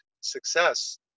success